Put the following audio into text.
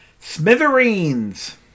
Smithereens